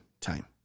time